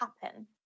happen